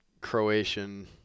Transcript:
Croatian